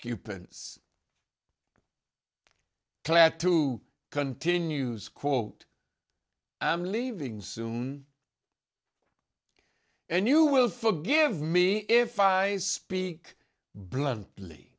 occupants clad to continues quote i'm leaving soon and you will forgive me if i speak bluntly